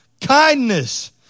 kindness